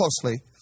closely